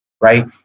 right